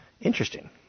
Interesting